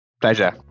Pleasure